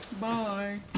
Bye